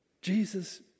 Jesus